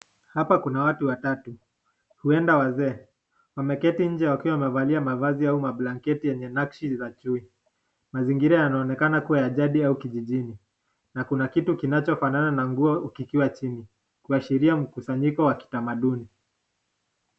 Hapa Kuna watu watatu huenda wazee, wameketi nje wakiwa wamevalia mavazi au mablangeti yenye nakshi za chui mazingira yanaonekana yakiwa ya jadi au kijijini na kuna kitu kinacho fanana na nguo kikiwa chini kuashiria mkusanyiko wa kitamaduni.